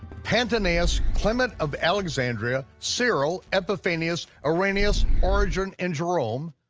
pantaenus, clement of alexandria, cyril, epiphanius, irenaeus, origen, and jerome.